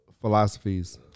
philosophies